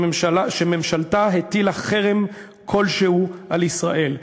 שממשלתה הטילה חרם כלשהו על ישראל.